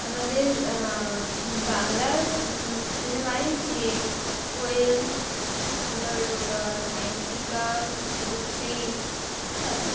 আমাদের বাংলা সিনেমায় যে কোয়েল তোমার সায়ন্তিকা শুভশ্রী ইত্যাদি